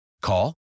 Call